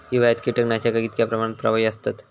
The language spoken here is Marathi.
हिवाळ्यात कीटकनाशका कीतक्या प्रमाणात प्रभावी असतत?